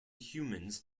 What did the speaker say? humans